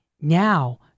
now